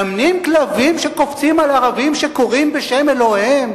מאמנים כלבים שקופצים על ערבים שקוראים בשם אלוהיהם,